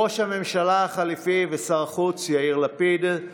ראש הממשלה החליפי ושר החוץ יאיר לפיד,